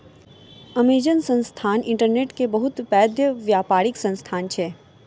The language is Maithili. अमेज़न संस्थान इंटरनेट के बहुत पैघ व्यापारिक संस्थान अछि